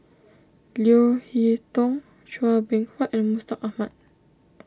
Leo Hee Tong Chua Beng Huat and Mustaq Ahmad